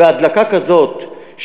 ודלקה כזאת,